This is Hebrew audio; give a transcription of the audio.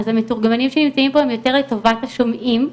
אז המתורגמנים שנמצאים פה הם יותר לטובת השומעים.